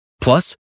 Plus